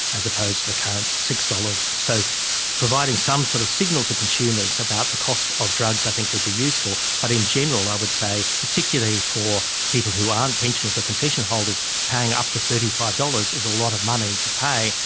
as opposed to the current six dollars. so providing some sort of signal to consumers about the cost of drugs i think would be useful, but in general i would say, particularly for people who aren't pensioners or concession holders paying up to thirty five dollars is a lot of money to pay.